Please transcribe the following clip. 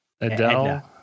Adele